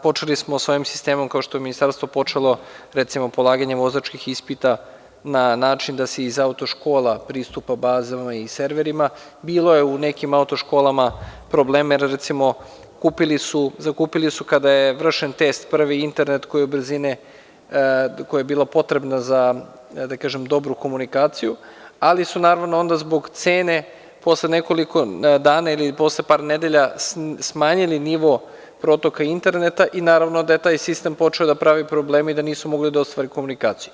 Počeli smo sa ovim sistemom, kao što je Ministarstvo počelo, recimo polaganje vozačkih ispita na način da se iz auto škola, pristupa bazama i serverima, a bilo je u nekim auto školama problema, zakupili su, kada je vršen test, prvi internet koji je brzine, koja je bila potrebna za dobru komunikaciju, ali su zbog cene, posle nekoliko dana ili par nedelja smanjili nivo protoka interneta i naravno da je taj sistem počeo da pravi probleme i da nisu mogli da ostvare komunikaciju.